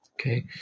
Okay